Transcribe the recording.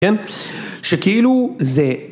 כן, שכאילו זה.